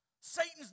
Satan's